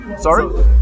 Sorry